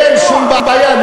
אין שום בעיה,